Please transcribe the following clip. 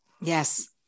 Yes